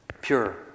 pure